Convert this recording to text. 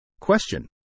Question